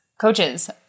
Coaches